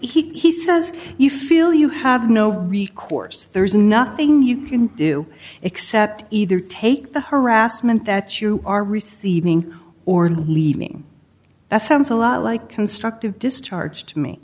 walker he says you feel you have no recourse there is nothing you can do except either take the harassment that you are receiving or leaving that sounds a lot like constructive discharge to me